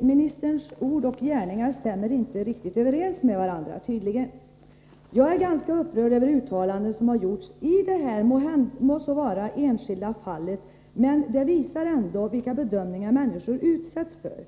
ministerns ord och gärningar stämmer tydligen inte riktigt överens med varandra. Jag är ganska upprörd över de uttalanden som har gjorts i detta må så vara enskilda fall. Detta fall visar ändå vilka bedömningar som människor utsätts för.